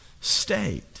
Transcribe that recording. state